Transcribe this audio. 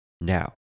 now